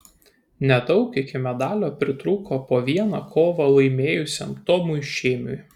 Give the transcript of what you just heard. nedaug iki medalio pritrūko po vieną kovą laimėjusiam tomui šėmiui